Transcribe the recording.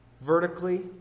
Vertically